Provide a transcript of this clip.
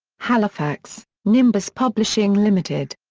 halifax nimbus publishing ltd.